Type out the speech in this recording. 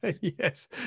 yes